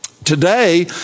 Today